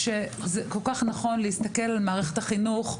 שזה כל כך נכון להסתכל על מערכת החינוך,